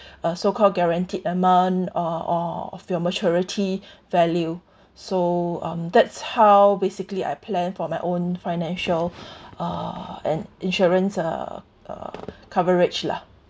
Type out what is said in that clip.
uh so called guaranteed amount or or of your maturity value so um that's how basically I plan for my own financial uh and insurance uh uh coverage lah